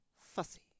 fussy